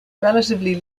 relatively